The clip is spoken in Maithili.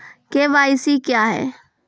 के.वाई.सी क्या हैं?